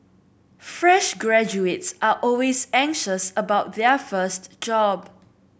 fresh graduates are always anxious about their first job